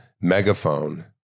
megaphone